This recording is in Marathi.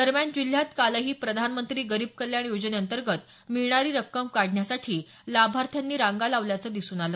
दरम्यान जिल्ह्यात कालही प्रधानमंत्री गरीब कल्याण योजनेअंतर्गत मिळणारी रक्कम काढण्यासाठी लाभार्थ्यांनी रांगा लावल्याचं दिसून आलं